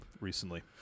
recently